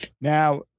Now